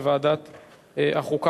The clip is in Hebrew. לוועדת החוקה,